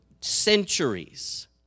centuries